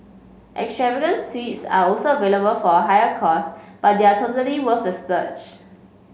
extravagant suites are also available for a higher cost but they are totally worth the splurge